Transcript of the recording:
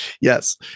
Yes